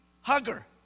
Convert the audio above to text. hugger